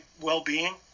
well-being